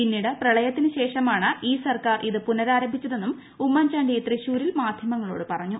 പിന്നീട് പ്രളയത്തിന് ശേഷമാണ് ഈ സർക്കാർ ഇത് പുനരാരംഭിച്ചതെന്നും ഉമ്മൻചാണ്ടി തൃശ്ശൂരിൽ മാധ്യമങ്ങളോട് പറഞ്ഞു